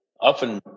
often